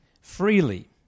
freely